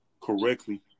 correctly